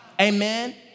Amen